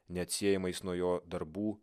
neatsiejamais nuo jo darbų